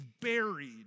buried